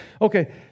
Okay